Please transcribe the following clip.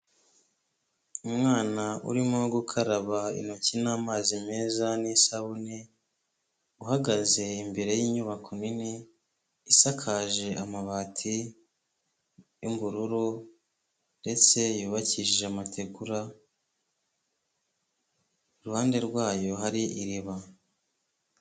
Umwana urimo gukaraba intoki n'amazi meza n'isabune, uhagaze imbere y'inyubako nini, isakaje amabati y'ubururu ndetse yubakishije amategura, iruhande rwayo hari iriba.